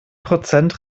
prozent